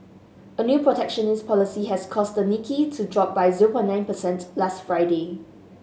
a new protectionist policy has caused the Nikkei to drop by zoo or nine percent last Friday